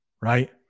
right